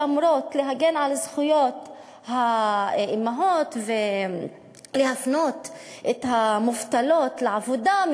שאמורות להגן על זכויות האימהות ולהפנות את המובטלות לעבודה,